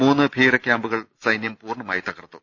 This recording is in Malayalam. മൂന്ന് ഭീകര ക്യാമ്പുകൾ സൈന്യം പൂർണമായി തകർത്തു